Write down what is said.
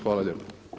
Hvala lijepo.